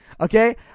okay